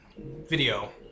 video